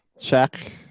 check